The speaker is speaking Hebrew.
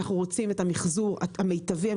אנחנו רוצים את המחזור המיטבי,